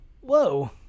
Whoa